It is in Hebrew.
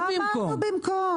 לא אמרנו במקום.